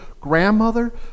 grandmother